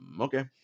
okay